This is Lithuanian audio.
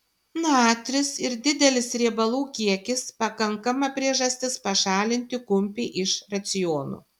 natris ir didelis riebalų kiekis pakankama priežastis pašalinti kumpį iš raciono